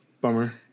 Bummer